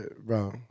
bro